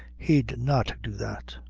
he'd not do that.